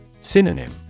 Synonym